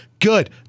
Good